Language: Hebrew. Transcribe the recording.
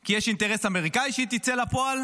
כי יש אינטרס אמריקאי שהיא תצא לפועל